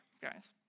guys